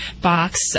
box